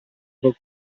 book